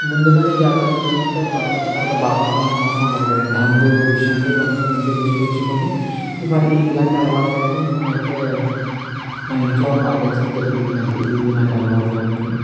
ముందుగానే జాగ్రత్త తీసుకుంటే జ్వరం వచ్చిన తర్వాత బాధపడాల్సిన అవసరం ఉండదు కదా అండి అందు విషయంలో ఇవన్నీ ముందు దృష్టి ఉంచుకొని ఇవి ఇలాంటి అలవాట్లు అయితే మేము అయితే మా ఇంట్లో పాటించడం జరుగుతుందండి ఇలాంటి అలవాట్లు అన్నింటిని